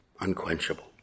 unquenchable